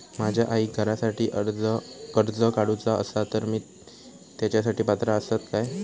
माझ्या आईक घरासाठी कर्ज काढूचा असा तर ती तेच्यासाठी पात्र असात काय?